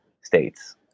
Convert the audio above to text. states